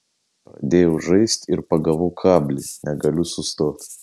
pradėjau žaist ir pagavau kablį negaliu sustot